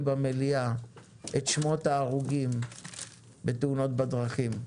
במליאה את שמות ההרוגים בתאונות בדרכים.